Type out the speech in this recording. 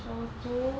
手足